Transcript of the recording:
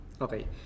Okay